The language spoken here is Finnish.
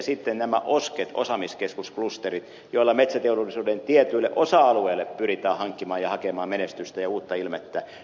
sitten on vielä nämä osket osaamiskeskusklusterit joilla metsäteollisuuden tietyille osa alueille pyritään hankkimaan ja hakemaan menestystä ja uutta ilmettä